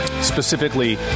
specifically